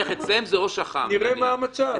נראה מה המצב.